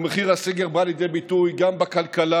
ומחיר הסגר בא לידי ביטוי גם בכלכלה,